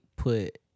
Put